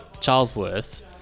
Charlesworth